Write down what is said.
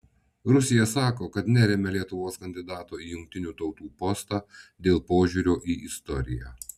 rusija sako kad neremia lietuvos kandidato į jungtinių tautų postą dėl požiūrio į istoriją